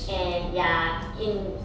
and ya in